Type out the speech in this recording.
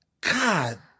God